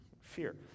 Fear